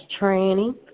tranny